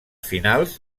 finals